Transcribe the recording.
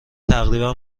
تقریبا